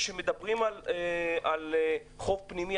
כשמדברים על חוק פנימי,